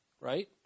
right